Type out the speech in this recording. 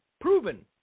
proven